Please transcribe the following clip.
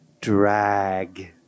Drag